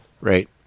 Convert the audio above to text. Right